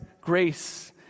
grace